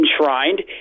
enshrined